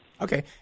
Okay